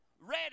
ready